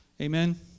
Amen